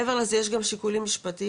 מעבר לזה יש גם שיקולים משפטיים,